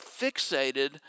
fixated